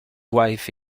wife